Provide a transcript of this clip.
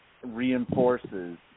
reinforces